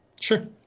Sure